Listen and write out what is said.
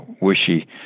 wishy